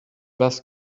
was